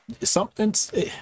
Something's